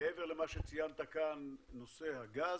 מעבר למה שציינת כאן, נושא הגז,